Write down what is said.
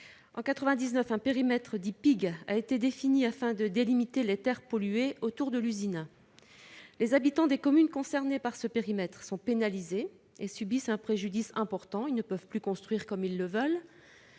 En 1999, un périmètre dit PIG a été défini afin de délimiter les terres polluées autour de l'usine. Les habitants des communes concernées subissent un préjudice important : ils ne peuvent plus construire comme ils le veulent